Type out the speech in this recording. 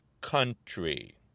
country